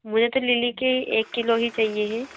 मुझे तो लिली के एक किलो ही चाहिए ये